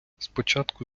спочатку